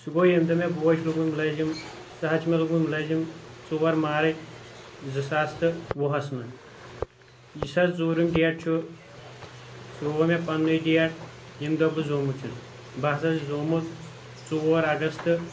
سُہ گوٚو ییٚمہِ دۄہ مےٚ بوے چھُ لوگمُت مُلٲزِم سُہ حظ چھُ مےٚ لوگمُت مُلٲزِم ژور مارٕچ زٕ ساس تہٕ وُہَس منٛز یُس حظ ژوٗرِم ڈیٹ چھُ سُہ گوٚو مےٚ پَنٕنُے ڈیٹ ییٚمہِ دۄہ بہٕ زامُت چھُس بہٕ ہاسا چھُس زامُت ژور اَگستہٕ